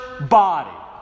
body